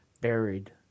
buried